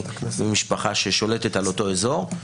אני ממשפחה ששולטת על אותו אזור.